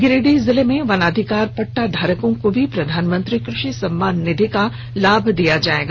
गिरिडीह जिले में वनाधिकार पट्टाधारकों को भी प्रधानमंत्री कृषि सम्मान निधि का लाभ दिया जायेगा